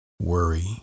worry